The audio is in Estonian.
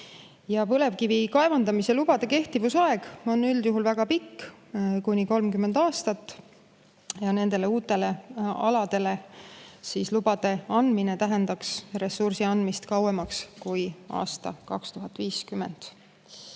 Põlevkivi kaevandamise lubade kehtivusaeg on üldjuhul väga pikk, kuni 30 aastat. Nende uute alade kohta lubade andmine tähendaks ressursi andmist kauemaks kui aastani 2050.